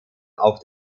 auf